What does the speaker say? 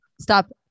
stop